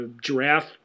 giraffe